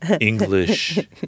English